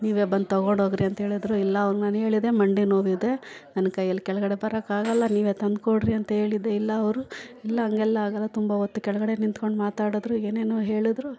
ನೀವೇ ಬಂದು ತೊಗೊಂಡೋಗ್ರಿ ಅಂತೇಳಿದ್ರು ಇಲ್ಲ ಅವಾಗ ನಾನು ಹೇಳಿದೆ ಮಂಡಿ ನೋವಿದೆ ನನ್ನ ಕೈಯಲ್ಲಿ ಕೆಳಗಡೆ ಬರೋಕ್ಕಾಗಲ್ಲ ನೀವೇ ತಂದುಕೊಡ್ರಿ ಅಂತೇಳಿದೆ ಇಲ್ಲ ಅವರು ಇಲ್ಲ ಹಂಗೆಲ್ಲ ಆಗೋಲ್ಲ ತುಂಬ ಹೊತ್ತು ಕೆಳಗಡೆ ನಿಂತ್ಕೊಂಡು ಮಾತಾಡಿದ್ರು ಏನೇನೋ ಹೇಳಿದ್ರು